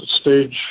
stage